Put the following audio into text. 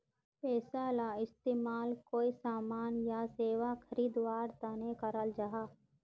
पैसाला इस्तेमाल कोए सामान या सेवा खरीद वार तने कराल जहा